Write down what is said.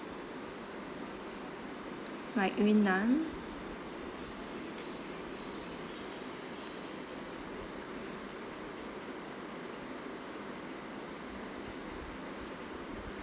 like yunnan